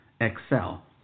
Excel